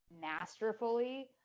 masterfully